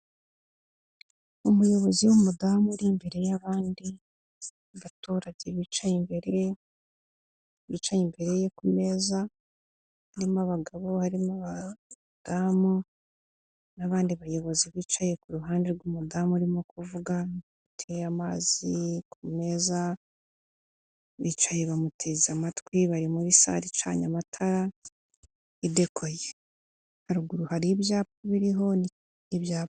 Umuyobozi w'umudamu uri imbere y'abandi baturage bicaye imbere, bicaye imbere ye ku meza harimo abagabo barimo abadamu, n'abandi bayobozi bicaye ku ruhande rw'umudamu urimo kuvuga hateye amazi ku meza bicaye bamuteze amatwi bari muri sale icanye amatara idekoye haruguru hari ibyapa biriho ibyapa.